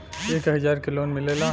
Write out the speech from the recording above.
एक हजार के लोन मिलेला?